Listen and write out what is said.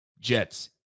Jets